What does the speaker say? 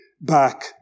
back